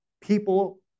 people